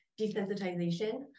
desensitization